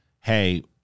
hey